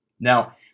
Now